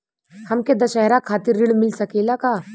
हमके दशहारा खातिर ऋण मिल सकेला का?